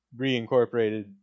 reincorporated